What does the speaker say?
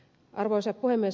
arvoisa puhemies